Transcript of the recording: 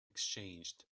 exchanged